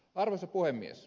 arvoisa puhemies